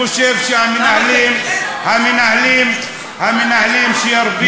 אני חושב שהמנהלים שירוויחו,